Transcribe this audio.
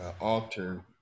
alter